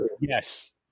Yes